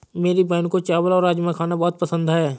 मेरी बहन को चावल और राजमा खाना बहुत पसंद है